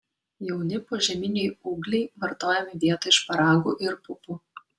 jauni požeminiai ūgliai vartojami vietoj šparagų ir pupų